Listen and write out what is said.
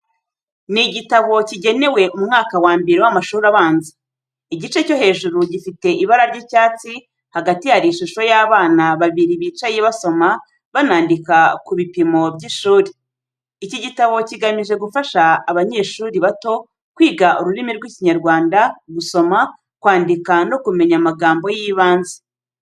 Ni igitabo kigenewe umwaka wa mbere w’amashuri abanza. Igice cyo hejuru gifite ibara ry’icyatsi, hagati hari ishusho y’abana babiri bicaye basoma banandika ku bipimo by’ishuri, iki gitabo kigamije gufasha abanyeshuri bato kwiga ururimi rw’Ikinyarwanda, gusoma, kwandika no kumenya amagambo y’ibanze.